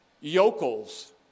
yokels